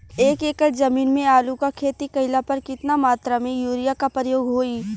एक एकड़ जमीन में आलू क खेती कइला पर कितना मात्रा में यूरिया क प्रयोग होई?